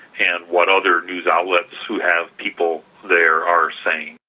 and what other news outlets who have people there are saying.